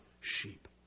sheep